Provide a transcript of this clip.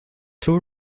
two